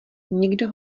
někdo